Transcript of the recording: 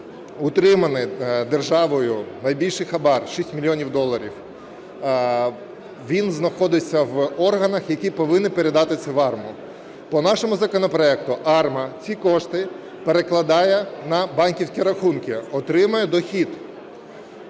отримані державою, найбільший хабар – 6 мільйонів доларів, він знаходиться в органах, які повинні передати це в АРМА. По нашому законопроекту АРМА ці кошти перекладає на банківські рахунки, отримує дохід,